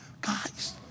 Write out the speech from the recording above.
Guys